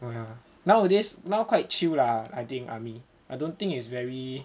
well yeah nowadays now quite chill lah I think army I don't think it's very